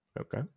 Okay